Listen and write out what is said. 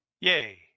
Yay